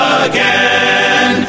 again